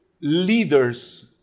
leaders